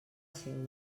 seua